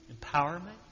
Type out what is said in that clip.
empowerment